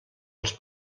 els